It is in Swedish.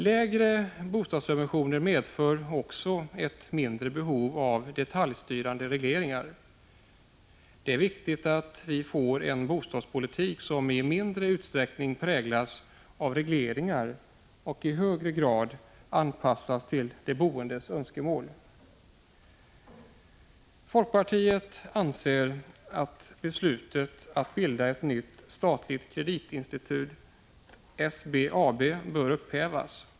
Lägre bostadssubventioner medför också ett mindre behov av detaljstyrande regleringar. Det är viktigt att vi får en bostadspolitik som i mindre utsträckning präglas av regleringar och i högre grad anpassas till de boendes önskemål. Folkpartiet anser att beslutet att bilda ett nytt statligt kreditinstitut, SBAB, bör upphävas.